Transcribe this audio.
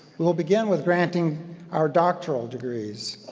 we will begin with granting our doctoral degrees.